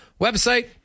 website